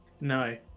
no